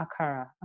akara